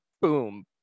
boom